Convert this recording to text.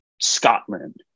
scotland